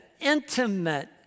intimate